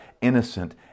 innocent